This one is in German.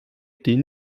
die